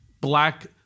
black